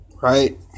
right